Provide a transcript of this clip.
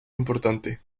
importante